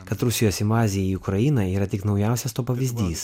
kad rusijos invazija į ukrainą yra tik naujausias to pavyzdys